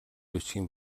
бичгийн